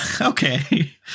okay